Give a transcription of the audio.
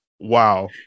wow